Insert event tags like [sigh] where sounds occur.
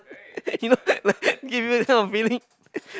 you know like give you this kind of feeling [laughs]